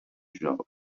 genre